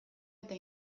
eta